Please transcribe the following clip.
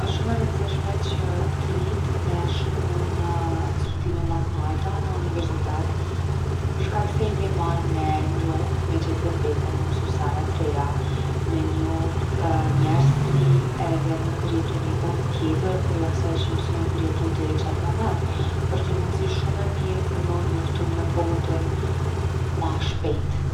Osht shumë e rëndsishme që t’rijt me shku në studime ma t’nalta në univerzitet për shkak se i nimon me njoft, me gjet’ vetveten, me msu sene t’reja. Me njoft njerz t’ri edhe me përjetu ni botë tjetër prej asaj që u msu me përjetu deri n’qat moment. Osht ni mundsi shumë e mirë për mu njoftu me botën ma shpejt.